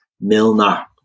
Milner